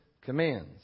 commands